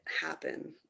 happen